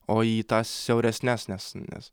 o į tas siauresnes nes nes